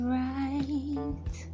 right